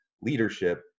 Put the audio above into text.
leadership